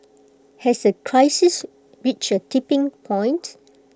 has the crisis reached A tipping point